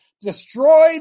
destroyed